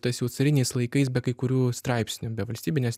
tais jau cariniais laikais be kai kurių straipsnių be valstybinės